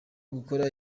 gukora